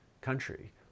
country